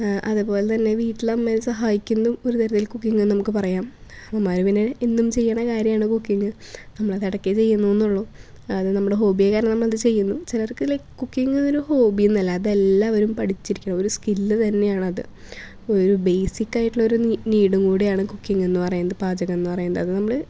അതേപോലെ തന്നെ വീട്ടിലമ്മയെ സഹായിക്കുന്നും ഒരു പരിധിയിൽ കുക്കിങ്ങ് എന്ന് നമുക്ക് പറയാം അമ്മമാർ പിന്നെ എന്നും ചെയ്യണത് കാര്യമാണ് കുക്കിങ്ങ് നമ്മളതെടക്ക് ചെയ്യുന്നൂന്ന്ള്ളൂ അതു നമ്മുടെ ഹോബിയായ കാരണം നമ്മളത് ചെയ്യുന്നു ചിലർക്ക് ലൈക് കുക്കിങ്ങ് അതൊരു ഹോബിയൊന്നുമല്ല അതെല്ലാവരും പഠിച്ചിരിക്കണ്ട ഒരു സ്കില്ല് തന്നെയാണത് ഒരു ബേസിക്കായിട്ടുള്ള ഒരു നീടും കൂടിയാണ് കുക്കിങ്ങെന്ന് പറയുന്നത് പാചകം എന്ന് പറയുന്നത് അത് നമ്മൾ